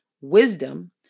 wisdom